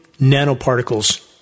nanoparticles